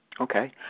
Okay